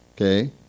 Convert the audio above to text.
Okay